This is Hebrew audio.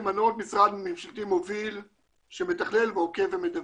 למנות משרד ממשלתי מוביל שמתכלל, עוקב ומדווח.